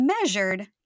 measured